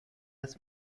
ist